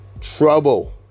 Trouble